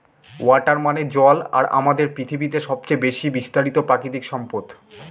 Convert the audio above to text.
water মানে জল আর আমাদের পৃথিবীতে সবচেয়ে বেশি বিস্তারিত প্রাকৃতিক সম্পদ